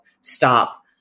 stop